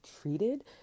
treated